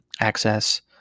access